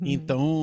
Então